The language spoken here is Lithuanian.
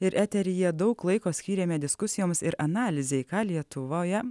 ir eteryje daug laiko skyrėme diskusijoms ir analizei ką lietuvoje